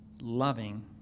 loving